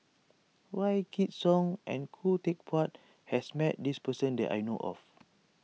Wykidd Song and Khoo Teck Puat has met this person that I know of